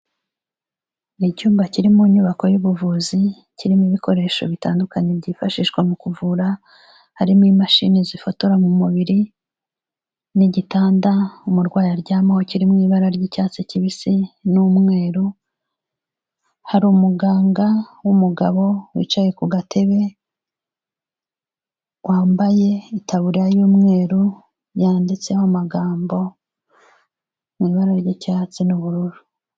Ni icyumba kiri mu nyubako y'ubuvuzi, kirimo ibikoresho bitandukanye byifashishwa mu kuvura, harimo imashini zifotora mu mubiri, n'igitanda umurwayi aryamaho kiri mu ibara ry'icyatsi kibisi n'umweru, hari umuganga w'umugabo wicaye kugatebe, wambaye itaburiya y'umweru yanditseho amagambo mu ibara ry'icyatsi n'ubururu.